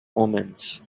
omens